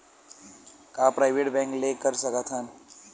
का private bank ले कर सकत हन?